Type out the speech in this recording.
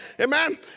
amen